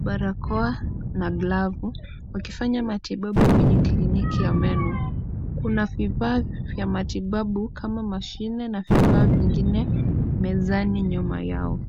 barakoa na glavu, wakifanya matibabu kwenye clinic ya meno. Kuna vifaa vya matibabu kama mashine, na vifaa vingine mezani nyuma yao.